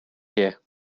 here